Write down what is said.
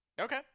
okay